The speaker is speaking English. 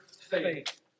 faith